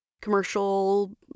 commercial